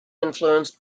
influenced